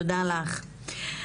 תודה לך.